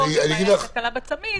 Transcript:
או הבעיה תקלה בצמיד,